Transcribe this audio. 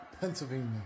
Pennsylvania